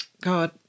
God